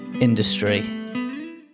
industry